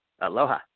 Aloha